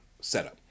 setup